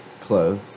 Clothes